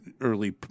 early